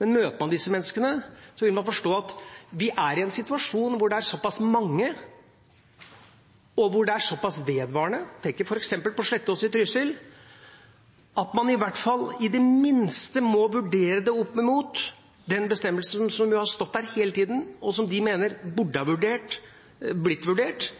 men møter man disse menneskene, vil man forstå at vi er i en situasjon hvor det er såpass mange, og hvor det er såpass vedvarende, jeg tenker på f.eks. Slettås i Trysil, at man i det minste må vurdere det opp mot bestemmelsen som har stått der hele tida, og som de mener burde ha blitt vurdert,